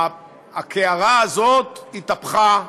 הקערה הזאת התהפכה,